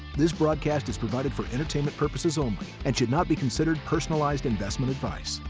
this broadcast is provided for entertainment purposes only and should not be considered personalized investment advice.